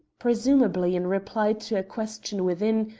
presumably in reply to a question within,